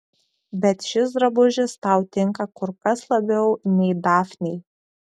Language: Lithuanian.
bet šis drabužis tau tinka kur kas labiau nei dafnei